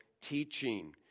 teaching